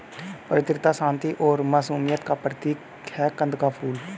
पवित्रता, शांति और मासूमियत का प्रतीक है कंद का फूल